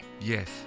Yes